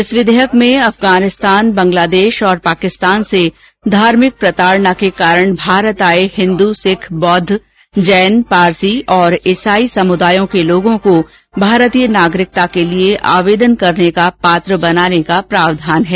इस विधेयक में अफगानिस्तान बांग्लादेश और पाकिस्तान से धार्मिक प्रताडना के कारण भारत आए हिन्दू सिख बौद्ध जैन पारसी और ईसाई समुदायों के लोगों को भारतीय नागरिकता के लिए आवेदन करने का पात्र बनाने का प्रावधान है